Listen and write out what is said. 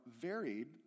varied